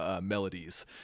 melodies